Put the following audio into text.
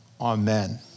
Amen